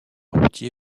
routier